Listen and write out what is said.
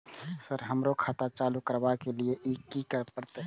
Sir हमरो खाता चालू करबाबे के ली ये की करें परते?